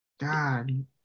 God